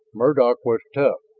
murdock was tough,